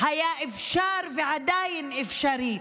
היה אפשר, ועדיין אפשרי.